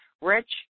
Rich